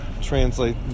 translate